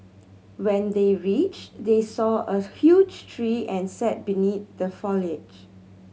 when they reached they saw a huge tree and sat beneath the foliage